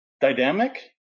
dynamic